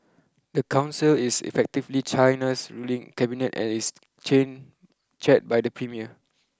the council is effectively China's ruling cabinet and is chain chaired by the premier